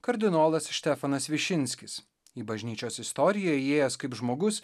kardinolas štefanas višinskis į bažnyčios istoriją įėjęs kaip žmogus